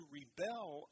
rebel